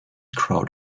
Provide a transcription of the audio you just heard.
crowd